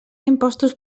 impostos